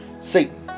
satan